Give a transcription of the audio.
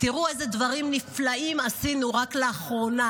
תראו איזה דברים נפלאים עשינו רק לאחרונה.